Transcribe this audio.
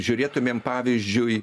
žiūrėtumėm pavyzdžiui